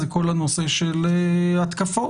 זה כל הנושא של התקפות